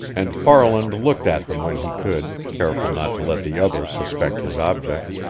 and farland looked at them when he could, careful not to let the other suspect his object.